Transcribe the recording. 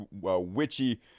witchy